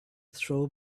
throw